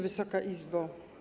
Wysoka Izbo!